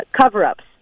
cover-ups